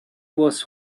was